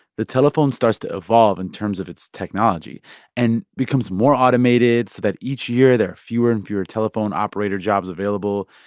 the telephone starts to evolve in terms of its technology and becomes more automated so that each year there are fewer and fewer telephone operator jobs available.